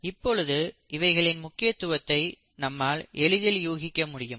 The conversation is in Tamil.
இப்பொழுது இவைகளின் முக்கியத்துவத்தை நம்மால் எளிதில் யூகிக்க முடியும்